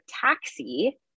taxi